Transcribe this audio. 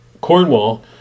Cornwall